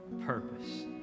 purpose